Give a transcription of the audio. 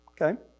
Okay